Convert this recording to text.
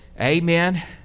Amen